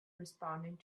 responding